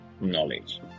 knowledge